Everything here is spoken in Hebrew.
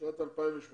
בשנת 2018